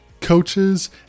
coaches